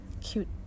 cute